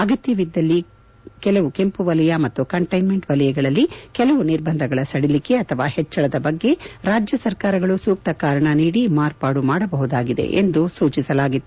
ಅಗತ್ಯವಿದ್ದಲ್ಲಿ ಕೆಲವು ಕೆಂಪು ವಲಯ ಮತ್ತು ಕಂಟ್ಟಿನ್ಮೆಂಟ್ ವಲಯಗಳಲ್ಲಿ ಕೆಲವು ನಿರ್ಬಂಧಗಳ ಸಡಿಲಿಕೆ ಅಥವಾ ಹೆಚ್ಚಳದ ಬಗ್ಗೆ ರಾಜ್ಯ ಸರಕಾರಗಳು ಸೂಕ್ತ ಕಾರಣ ನೀಡಿ ಮಾರ್ಪಾಡು ಮಾಡಬಹುದಾಗಿದೆ ಎಂದು ಸೂಚಿಸಲಾಗಿತ್ತು